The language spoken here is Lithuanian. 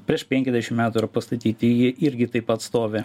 prieš penkiasdešim metų yra pastatyti jie irgi taip pat stovi